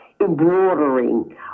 embroidering